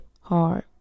hard